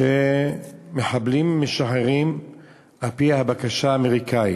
מחבלים משחררים על-פי הבקשה האמריקנית.